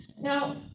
Now